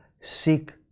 seek